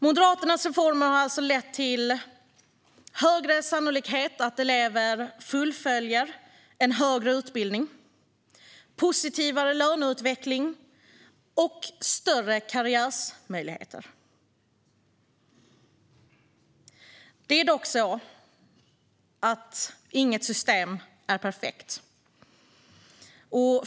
Moderaternas reformer har alltså lett till en högre sannolikhet att elever fullföljer en högre utbildning, får en positivare löneutveckling och får större karriärmöjligheter. Inget system är dock perfekt.